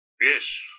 Yes